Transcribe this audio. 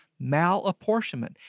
malapportionment